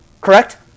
Correct